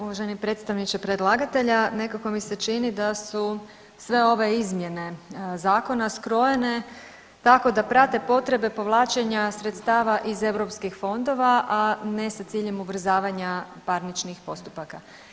Uvaženi predstavniče predlagatelja nekako mi se čini da su sve ove izmjene zakona skrojene tako da prate potrebe povlačenja sredstava iz europskih fondova, a ne sa ciljem ubrzavanja parničnih postupaka.